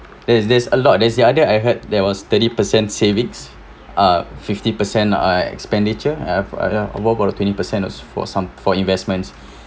there's there's a lot there's the other I heard there was thirty percent savings uh fifty percent uh expenditure have uh what about the twenty percent of for some for investments